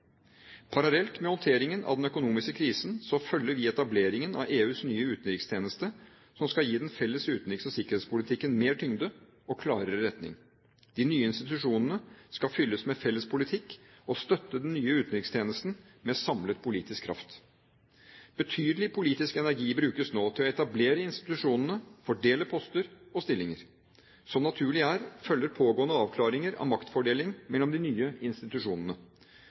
Parallelt med håndteringen av den økonomiske krisen følger vi etableringen av EUs nye utenrikstjeneste som skal gi den felles utenriks- og sikkerhetspolitikken mer tyngde og klarere retning. De nye institusjonene skal fylles med felles politikk og støtte den nye utenrikstjenesten med samlet politisk kraft. Betydelig politisk energi brukes nå til å etablere institusjonene, fordele poster og stillinger. Som naturlig er, følger pågående avklaringer av maktfordeling mellom de nye institusjonene.